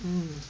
mm